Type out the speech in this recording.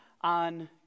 on